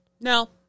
no